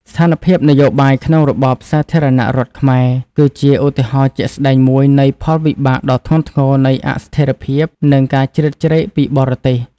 ស្ថានភាពនយោបាយក្នុងរបបសាធារណរដ្ឋខ្មែរគឺជាឧទាហរណ៍ជាក់ស្តែងមួយនៃផលវិបាកដ៏ធ្ងន់ធ្ងរនៃអស្ថិរភាព និងការជ្រៀតជ្រែកពីបរទេស។